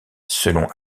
selon